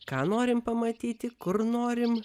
ką norim pamatyti kur norim